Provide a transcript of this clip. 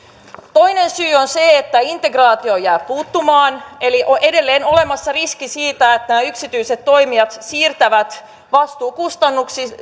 toinen syy on se että integraatio jää puuttumaan eli edelleen on olemassa riski siitä että nämä yksityiset toimijat siirtävät vastuun kustannuksista